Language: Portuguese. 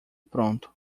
pronto